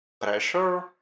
pressure